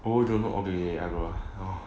oh don't know the annual hor